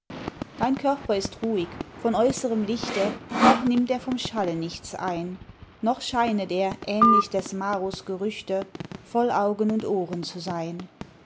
dein körper ist ruhig von äußerem lichte auch nimmt er vom schalle nichts ein noch scheinet er ähnlich des maros gerüchte voll augen und ohren zu sein